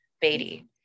Beatty